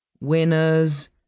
Winners